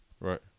Right